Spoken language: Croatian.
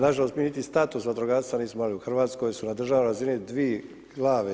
Nažalost, mi niti status vatrogasca nismo imali u RH, su na državnoj razini dvi glave.